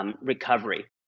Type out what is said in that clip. recovery